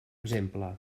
exemple